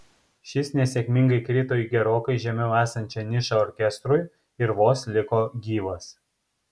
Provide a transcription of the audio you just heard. šis nesėkmingai krito į gerokai žemiau esančią nišą orkestrui ir vos liko gyvas